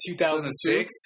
2006